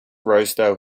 rosedale